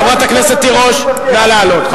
חברת הכנסת תירוש, נא לעלות.